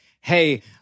hey